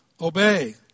obey